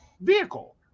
vehicle